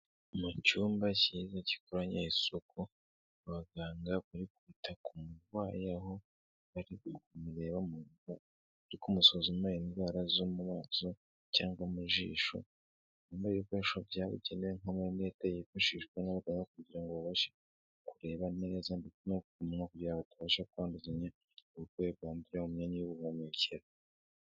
Mu cyumba cyiza kikoranye isuku abaganga bari kwita ku murwayaho ariko mureba umuntu kumusuzuma indwara zo mu maso cyangwa mu jishomere y'ibikoresho byabugenewe'mwete yifashishwa n'ga kugira ngo ubashe kureba neza no umuntu kugira abashe kwanduzanyakwe kwambu mu myanya y'ubuhumekero.